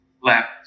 left